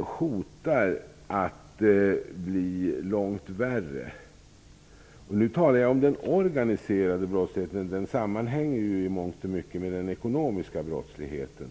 hotar att bli långt värre. Nu talar jag om den organiserade brottsligheten, som i mångt och mycket sammanhänger med den ekonomiska brottsligheten.